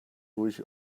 ruhig